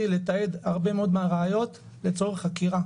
לתעד הרבה מאוד מהראיות לצורך חקירה.